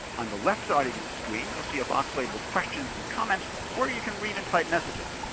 on the left side of your screen, you'll see a box labeled questions and comments, where you can read and type messages.